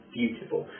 beautiful